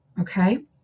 Okay